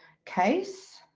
case.